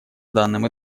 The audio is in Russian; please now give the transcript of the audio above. данном